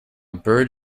bird